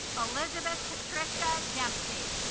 elizabeth patricia dempsey